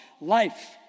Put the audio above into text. life